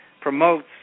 promotes